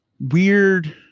weird